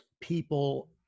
people